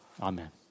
Amen